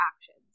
actions